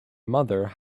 mother